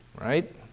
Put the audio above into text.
Right